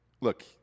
look